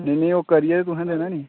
नेईं नेईं ओह् करियै तुसें देना निं